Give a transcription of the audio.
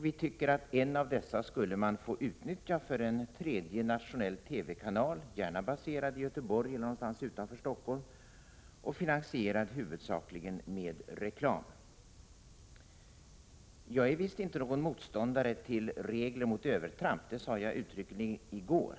Vi tycker att man borde få utnyttja en av dessa för en tredje nationell TV-kanal, gärna baserad i Göteborg eller någon annanstans utanför Stockholm och finansierad huvudsakligen med reklam. Jag är visst inte någon motståndare till regler mot övertramp. Det sade jag uttryckligen i går.